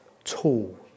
Tall